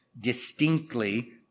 distinctly